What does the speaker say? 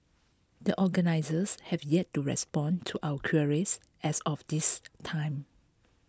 the organisers have yet to respond to our queries as of this time